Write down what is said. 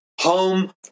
home